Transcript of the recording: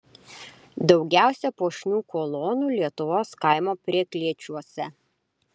daugiausia puošnių kolonų lietuvos kaimo prieklėčiuose